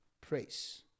praise